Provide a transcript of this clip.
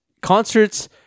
concerts